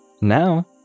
Now